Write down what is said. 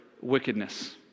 wickedness